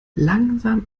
langsam